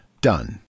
done